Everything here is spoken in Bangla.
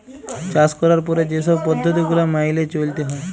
চাষ ক্যরার পরে যে ছব পদ্ধতি গুলা ম্যাইলে চ্যইলতে হ্যয়